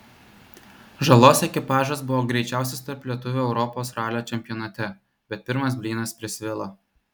žalos ekipažas buvo greičiausias tarp lietuvių europos ralio čempionate bet pirmas blynas prisvilo